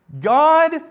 God